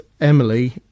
Emily